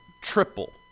triple